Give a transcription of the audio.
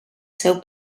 seu